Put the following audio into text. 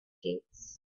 gates